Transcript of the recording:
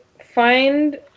find